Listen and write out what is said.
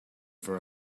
for